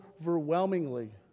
Overwhelmingly